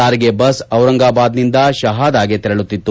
ಸಾರಿಗೆ ಬಸ್ ಔರಂಗಾಬಾದ್ ನಿಂದ ಶಹಾದಾಗೆ ತೆರಳುತ್ತಿತ್ತು